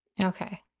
Okay